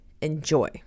enjoy